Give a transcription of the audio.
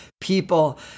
people